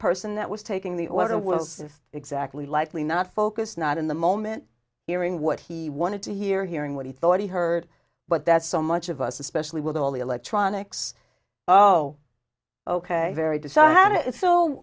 person that was taking the other words of exactly likely not focused not in the moment hearing what he wanted to hear hearing what he thought he heard but that so much of us especially with all the electronics oh ok very decide